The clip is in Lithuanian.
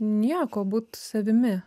nieko būt savimi